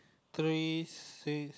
three six